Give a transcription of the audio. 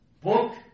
book